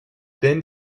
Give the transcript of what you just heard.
then